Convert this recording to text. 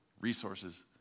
resources